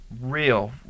real